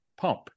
pump